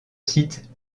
site